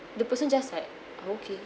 the person just like okay